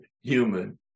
human